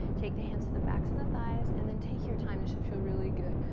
take the hands to the backs of the thighs and then take your time. this should feel really good,